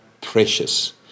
precious